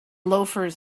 loafers